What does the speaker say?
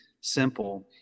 simple